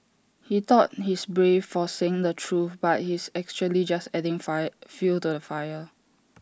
he thought he's brave for saying the truth but he's actually just adding fire fuel to the fire